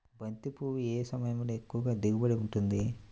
బంతి పువ్వు ఏ సమయంలో ఎక్కువ దిగుబడి ఉంటుంది?